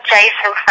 Jason